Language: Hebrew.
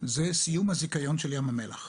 זה סיום הזיכיון של ים המלח.